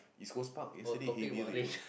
east-coast-park yesterday heavy rain